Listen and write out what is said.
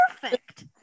perfect